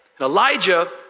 Elijah